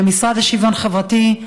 המשרד לשוויון חברתי,